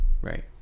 Right